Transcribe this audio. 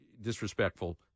disrespectful